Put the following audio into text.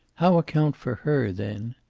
how account for her, then?